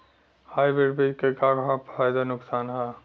Hybrid बीज क का फायदा नुकसान ह?